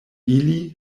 ili